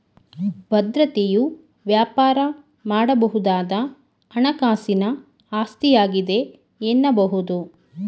ಭದ್ರತೆಯು ವ್ಯಾಪಾರ ಮಾಡಬಹುದಾದ ಹಣಕಾಸಿನ ಆಸ್ತಿಯಾಗಿದೆ ಎನ್ನಬಹುದು